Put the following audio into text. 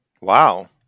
Wow